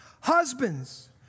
Husbands